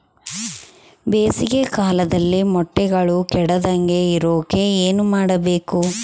ಬೇಸಿಗೆ ಕಾಲದಲ್ಲಿ ಮೊಟ್ಟೆಗಳು ಕೆಡದಂಗೆ ಇರೋಕೆ ಏನು ಮಾಡಬೇಕು?